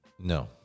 No